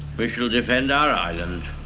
we shall defend our island,